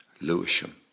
Lewisham